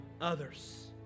others